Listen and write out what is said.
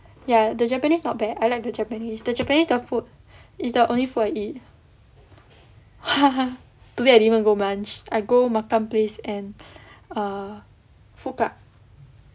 ya the japanese not bad I like the japanese the japanese the food is the only food I eat it !huh! today I didn't even go munch I go makan place and err food club